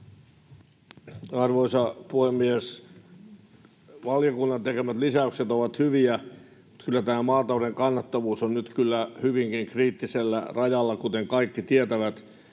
Arvoisa puhemies! Valiokunnan tekemät lisäykset ovat hyviä. Tämä maatalouden kannattavuus on nyt kyllä hyvinkin kriittisellä rajalla, kuten kaikki tietävät.